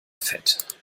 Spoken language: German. fett